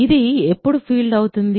ఇది ఎప్పుడు ఫీల్డ్ అవుతుంది